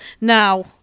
Now